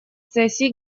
сессии